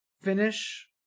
finish